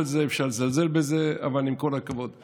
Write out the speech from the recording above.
הכנסת, וגם השר המקשר בין הממשלה לכנסת.